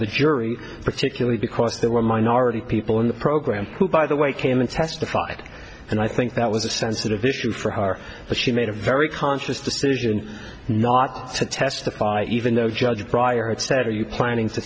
the jury particularly because there were minority people in the program who by the way came in testified and i think that was a sensitive issue for her but she made a very conscious decision not to testify even though judge prior etc are you planning to